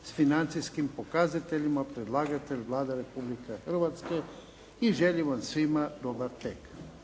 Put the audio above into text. s financijskim pokazateljima, predlagatelj Vlada Republike Hrvatske. I želim vam svima dobar tek.